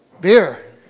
Beer